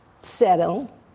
Settle